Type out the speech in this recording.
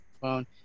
phone